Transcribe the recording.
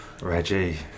Reggie